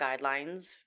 guidelines